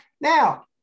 Now